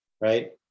right